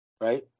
Right